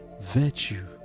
virtue